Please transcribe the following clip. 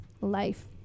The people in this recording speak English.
life